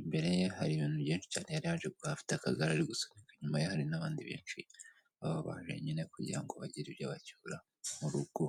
imbere ye hari ibintu byinshi cyane yari yaje guhaha afite akagare ari gusunika. Inyuma ye hari n'abandi benshi baba baje nyine kugira ngo bagire ibyo bacyura mu rugo.